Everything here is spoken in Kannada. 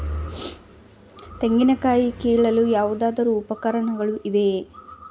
ತೆಂಗಿನ ಕಾಯಿ ಕೀಳಲು ಯಾವುದಾದರು ಪರಿಕರಗಳು ಇವೆಯೇ?